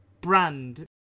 brand